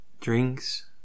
drinks